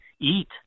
eat